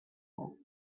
house